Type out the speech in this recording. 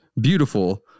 beautiful